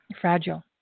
fragile